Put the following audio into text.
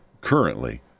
currently